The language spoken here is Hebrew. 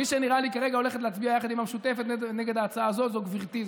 מי שנראה לי כרגע הולכת להצביע יחד עם המשותפת נגד ההצעה הזאת זו גברתי,